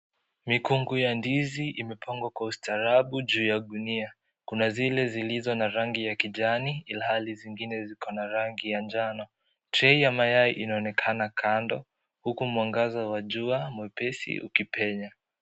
Mikungu ya ndizi imepangwa kwa ustaarabu juu ya gunia, kuna zile zilizo na rangi ya kijani ilhali zingine ziko na rangi ya njano, tray ya mayai inaonekana kando huku mwanagaza wa jua mwepesi ukipenya.